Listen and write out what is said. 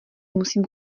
musím